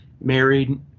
Married